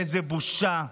איזו בושה.